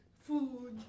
Food